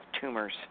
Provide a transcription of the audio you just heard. tumors